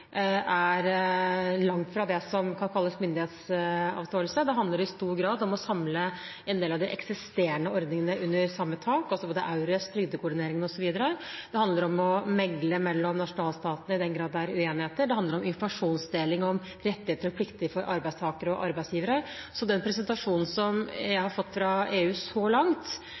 er langt fra det som kan kalles myndighetsavståelse. Det handler i stor grad om å samle en del av de eksisterende ordningene under samme tak, altså både EURES, trygdekoordinering osv., det handler om å megle mellom nasjonalstatene i den grad det er uenigheter, det handler om informasjonsdeling og om rettigheter og plikter for arbeidstakere og arbeidsgivere. Så den presentasjonen som jeg har fått fra EU så langt,